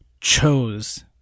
chose